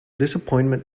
disappointment